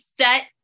set